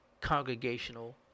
congregational